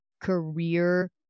career